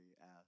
asked